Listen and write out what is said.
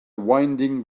winding